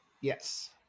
Yes